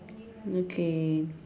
okay